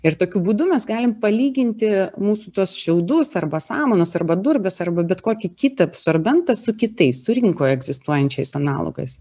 ir tokiu būdu mes galim palyginti mūsų tuos šiaudus arba samanas arba durpes arba bet kokį kitą absorbentą su kitais su rinkoje egzistuojančiais analogais